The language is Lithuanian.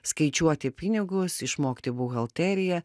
skaičiuoti pinigus išmokti buhalteriją